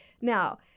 Now